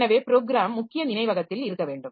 எனவே ப்ரோக்ராம் முக்கிய நினைவகத்தில் இருக்க வேண்டும்